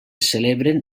celebren